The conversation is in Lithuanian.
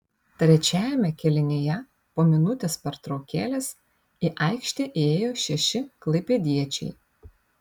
trečiajame kėlinyje po minutės pertraukėlės į aikštę įėjo šeši klaipėdiečiai